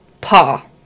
paw